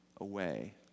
away